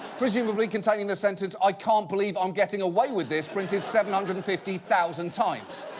presumable containing the sentence i can't believe i'm getting away with this, printed seven hundred and fifty thousand times.